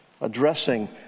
addressing